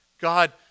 God